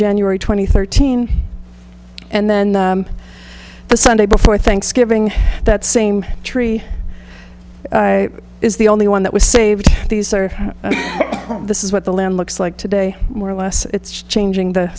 january twenty third teen and then the sunday before thanksgiving that same tree is the only one that was saved these are this is what the land looks like today more or less it's changing the